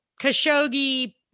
Khashoggi